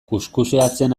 kuxkuxeatzen